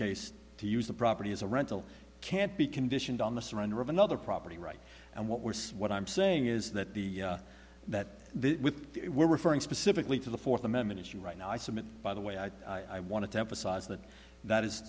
case to use the property as a rental can't be conditioned on the surrender of another property right and what we're seeing what i'm saying is that the that we're referring specifically to the fourth amendment issue right now i submit by the way i i want to emphasize that that is